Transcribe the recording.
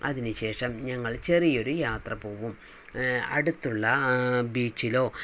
അതിന് ശേഷം ഞങ്ങൾ ചെറിയ ഒരു യാത്ര പോകും അടുത്തുള്ള ബീച്ചിലോ